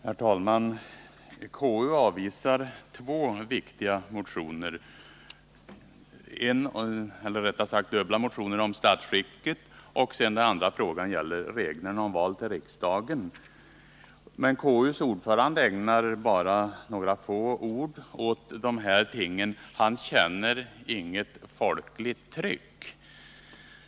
Herr talman! Konstitutionsutskottet avvisar två viktiga motioner — dubbla motioner om statsskicket och en motion om reglerna för val till riksdagen — men utskottets ordförande ägnar bara några få ord åt de här tingen. Han känner inget folkligt tryck!